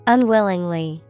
Unwillingly